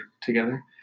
together